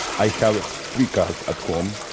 i have three cars at home,